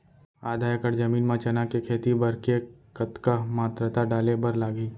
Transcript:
आधा एकड़ जमीन मा चना के खेती बर के कतका मात्रा डाले बर लागही?